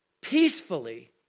peacefully